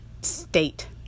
state